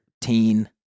teen